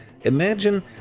Imagine